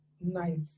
night